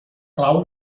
clau